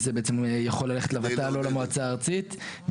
וזה בעצם יכול ללכת לות"ל או למועצה הארצית.